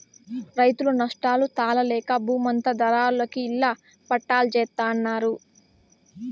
రైతులు నష్టాలు తాళలేక బూమంతా దళారులకి ఇళ్ళ పట్టాల్జేత్తన్నారు